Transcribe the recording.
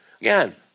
Again